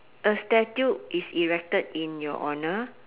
a statue is erected in your honour